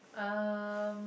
um